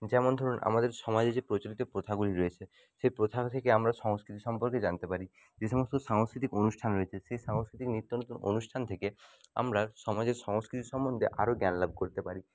যেমন ধরুন আমাদের সমাজে যে প্রচলিত প্রথাগুলি রয়েছে সেই প্রথা থেকে আমরা সংস্কৃতি সম্পর্কে জানতে পারি যেসমস্ত সাংস্কৃতিক অনুষ্ঠান রয়েছে সেই সাংস্কৃতিক নিত্য নতুন অনুষ্ঠান থেকে আমরা সমাজের সংস্কৃতি সম্বন্ধে আরো জ্ঞান লাভ করতে পারি